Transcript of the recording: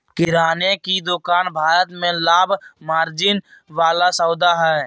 किराने की दुकान भारत में लाभ मार्जिन वाला सौदा हइ